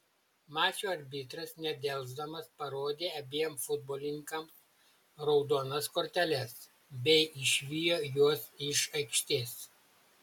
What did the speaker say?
mačo arbitras nedelsdamas parodė abiem futbolininkams raudonas korteles bei išvijo juos iš aikštės